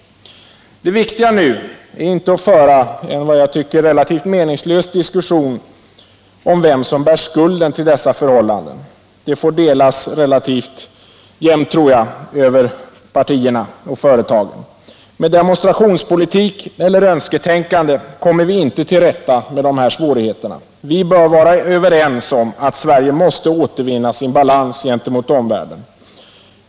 Det viktiga i dag är inte att föra en som jag tycker relativt meningslös diskussion om vem som bär skulden till dessa förhållanden. Med demonstrationspolitik eller önsketänkande kommer vi inte till rätta med dessa svårigheter. Vi bör vara överens om att Sverige måste återvinna sin balans gentemot omvärlden.